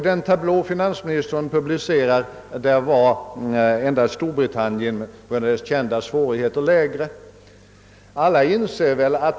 I den tablå finansministern publicerar har endast Storbritannien med dess kända svårigheter lägre siffror.